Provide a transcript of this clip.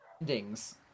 endings